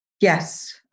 Yes